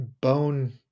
bone